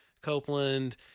Copeland